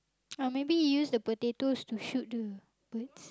oh maybe he use the potatoes to shoot the birds